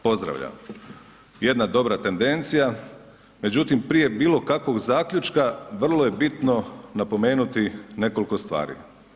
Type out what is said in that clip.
Pozdravljam, jedna dobra tendencija međutim prije bilokakvog zaključka vrlo je bitno napomenuti nekoliko stvari.